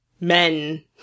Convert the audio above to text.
men